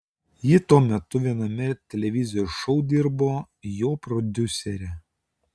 ji tuo metu viename televizijos šou dirbo jo prodiusere